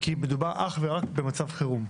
שמדובר אך ורק במצב חירום.